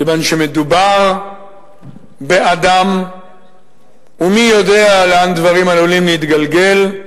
כיוון שמדובר באדם ומי יודע לאן דברים עלולים להתגלגל,